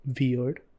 weird